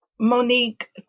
Monique